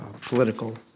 political